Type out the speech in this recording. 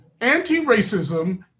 Anti-racism